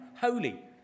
holy